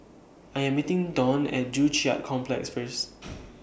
I'm meeting Don At Joo Chiat Complex First